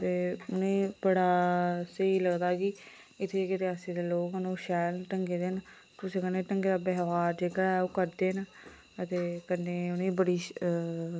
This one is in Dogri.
दे में बड़ा स्हेई लगदा की इत्थै जेह्के रियासी दे लोग न ओह् शैल ढंगै दे न कुसै कन्नै ढंगै दा व्यवहार जेह्का ऐ ओह् करदे न अदे कन्नै उनेंई